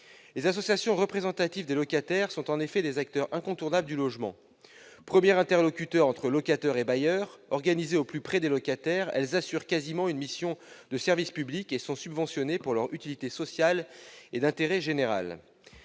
Les associations représentatives des locataires sont en effet des acteurs incontournables du logement. Premiers interlocuteurs entre locataires et bailleurs, organisées au plus près des locataires, elles assurent quasiment une mission de service public et sont subventionnées pour leur utilité sociale et leur mission d'intérêt général.